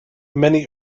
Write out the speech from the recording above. many